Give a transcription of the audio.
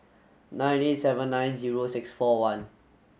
nineteen seven nine zero six four one